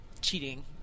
cheating